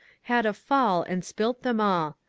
had a fall and spilt them all.